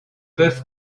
peuvent